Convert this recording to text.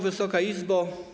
Wysoka Izbo!